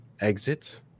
exit